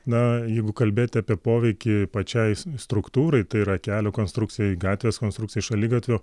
na jeigu kalbėti apie poveikį pačiai struktūrai tai yra kelio konstrukcijai gatvės konstrukcijai šaligatvio